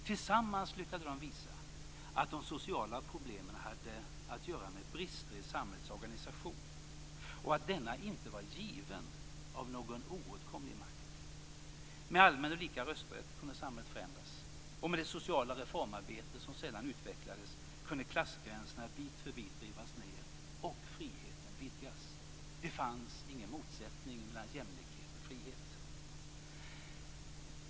Tillsammans lyckades de visa att de sociala problemen hade att göra med brister i samhällets organisation och att denna inte var given av någon oåtkomlig makt. Med allmän och lika rösträtt kunde samhället förändras, och med det sociala reformarbete som sedan utvecklades kunde klassgränserna bit för bit rivas ned och friheten vidgas. Det fanns ingen motsättning mellan jämlikhet och frihet.